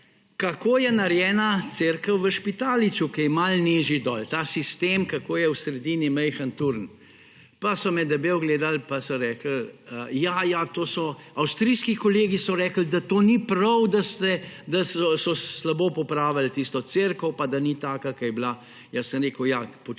kako je narejena cerkev v Špitaliču, ki je malo nižji dol, ta sistem, kako je v sredini majhen turen. Pa so me debelo gledali, pa so rekli, ja, ja, avstrijski kolegi so rekli, da to ni prav, da so slabo popravili tisto cerkev, pa da ni taka, kot je bila. Sem rekel, ja, po čem